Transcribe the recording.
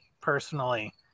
personally